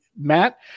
Matt